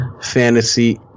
fantasy